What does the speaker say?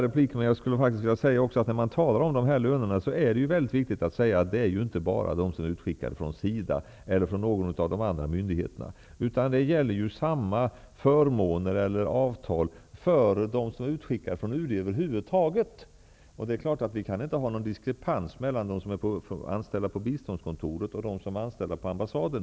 Vad gäller lönerna är det viktigt att det inte bara gäller dem som är utskickade från SIDA eller från någon av de andra myndigheterna, utan samma avtal och förmåner gäller för dem som är utskickade från UD över huvud taget. Vi kan inte ha någon diskrepans mellan dem som är anställda på biståndskontoret och dem som är anställda på ambassaden.